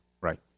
right